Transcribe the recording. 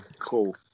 Cool